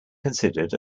considered